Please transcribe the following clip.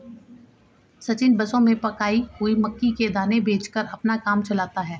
सचिन बसों में पकाई हुई मक्की के दाने बेचकर अपना काम चलाता है